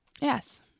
Yes